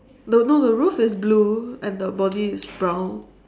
no no the roof is blue and the body is brown